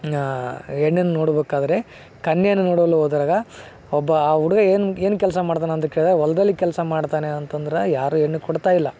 ಹೆಣ್ಣುನ್ ನೋಡಬೇಕಾದ್ರೆ ಕನ್ಯೆಯನ್ನು ನೋಡಲು ಹೋದಾಗ ಒಬ್ಬ ಆ ಹುಡುಗ ಏನು ಏನು ಕೆಲಸ ಮಾಡ್ತಾನೆ ಅಂತ ಕೇಳಿದಾಗ ಹೊಲ್ದಲ್ಲಿ ಕೆಲಸ ಮಾಡ್ತಾನೆ ಅಂತಂದ್ರೆ ಯಾರು ಹೆಣ್ಣು ಕೊಡ್ತಾ ಇಲ್ಲ